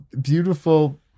beautiful